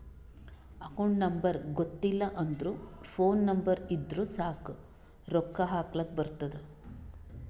account number ಗೊತ್ತಿಲ್ಲ ಅಂದುರ್ phone number ಇದ್ದುರ್ ಸಾಕ್ ರೊಕ್ಕಾ ಹಾಕ್ಲಕ್ ಬರ್ತುದ್